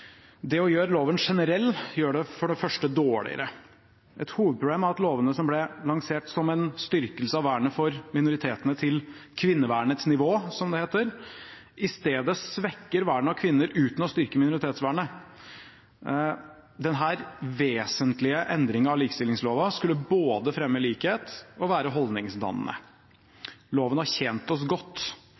Det å gjøre loven generell gjør den for det første dårligere. Et hovedproblem er at lovene som ble lansert som en styrkelse av vernet for minoritetene til kvinnevernets nivå, som det heter, i stedet svekker vernet av kvinner uten å styrke minoritetsvernet. Denne vesentlige endringen av likestillingsloven skulle både fremme likhet og være holdningsdannende. Loven har tjent oss godt.